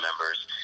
members